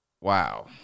Wow